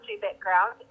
background